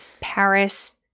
Paris